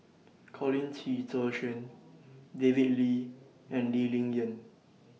Colin Qi Zhe Quan David Lee and Lee Ling Yen